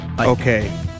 Okay